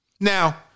Now